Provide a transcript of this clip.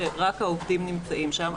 שרק העובדים נמצאים שם,